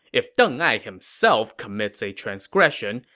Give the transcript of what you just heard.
if deng ai himself commits a transgression,